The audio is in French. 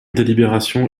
délibération